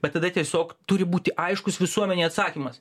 bet tada tiesiog turi būti aiškus visuomenėj atsakymas